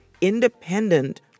independent